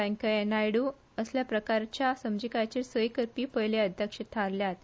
वेंकय्या नायडू असल्या प्रकरच्या समजीकायेचेर सय करपी पयले अध्यक्ष थारल्यात